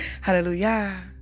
Hallelujah